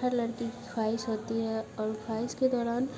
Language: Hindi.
हर लड़की की ख्वाइश होती है और ख्वाइश के दौरान